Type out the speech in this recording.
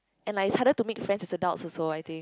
and I decided to make friends with adults also I think